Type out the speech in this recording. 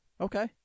okay